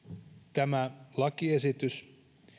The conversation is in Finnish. tämä lakiesitys